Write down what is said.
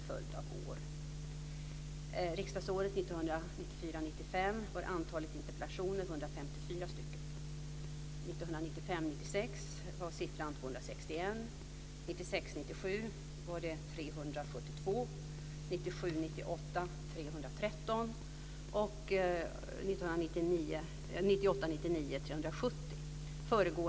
Först och främst har antalet interpellationer och skriftliga frågor kraftigt ökat under en följd av år. 372.